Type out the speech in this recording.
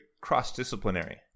cross-disciplinary